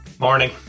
Morning